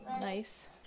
Nice